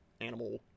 animal